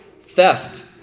theft